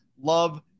love